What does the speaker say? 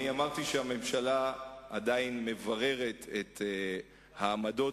אמרתי שהממשלה עדיין מבררת את העמדות